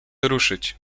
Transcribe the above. ruszyć